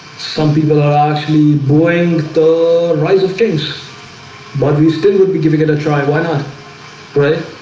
some people are actually going the rise of things but we still would be giving it a try. why not right?